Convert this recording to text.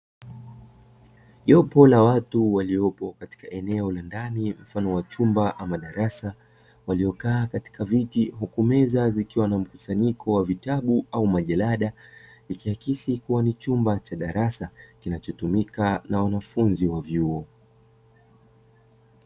Jopo la watu waliopo katika eneo la ndani mfano wa chumba ama darasa, waliokaa katika viti huku meza zikiwa na mkusanyiko wa vitabu au majalada, ikiakisi kuwa ni chumba cha darasa kinachotumika na wanafunzi wa vyuo.